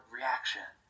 reaction